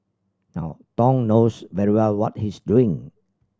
now Thong knows very well what he's doing